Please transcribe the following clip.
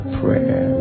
prayer